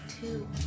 Two